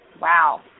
Wow